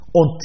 on